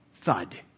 thud